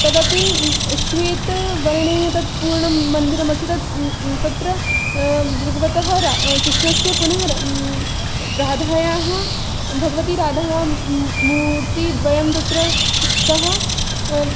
तदपि श्वेतवर्णेन तत् पूर्णं मन्दिरमस्ति तत् तत्र भगवतः कृष्णस्य पुनः राधायाः भगवतीराधायाः मूर्तिद्वयं तत्र स्तः